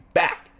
back